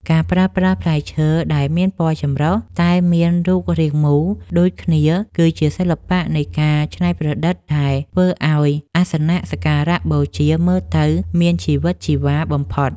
ការប្រើប្រាស់ផ្លែឈើដែលមានពណ៌ចម្រុះតែមានរូបរាងមូលដូចគ្នាគឺជាសិល្បៈនៃការច្នៃប្រឌិតដែលធ្វើឱ្យអាសនៈសក្ការៈបូជាមើលទៅមានជីវិតជីវ៉ាបំផុត។